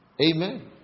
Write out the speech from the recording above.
Amen